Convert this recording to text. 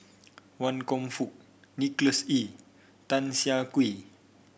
Wan Kam Fook Nicholas Ee Tan Siah Kwee